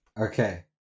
Okay